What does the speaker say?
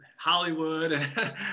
hollywood